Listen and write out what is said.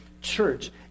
church